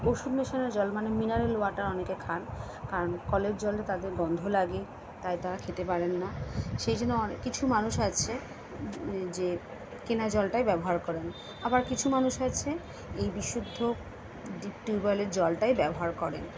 ওষুধ মেশানো জল মানে মিনারেল ওয়াটার অনেকে খান কারণ কলের জলে তাদের গন্ধ লাগে তাই তারা খেতে পারেন না সেই জন্য অনে কিছু মানুষ আছে যে কেনা জলটাই ব্যবহার করেন আবার কিছু মানুষ আছে এই বিশুদ্ধ ডিপ টিউবয়েলের জলটাই ব্যবহার করেন